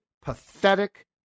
pathetic